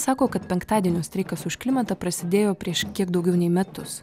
sako kad penktadienio streikas už klimatą prasidėjo prieš kiek daugiau nei metus